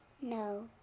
No